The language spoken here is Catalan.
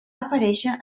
aparèixer